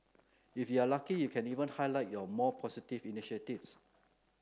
if you are lucky you can even highlight your more positive initiatives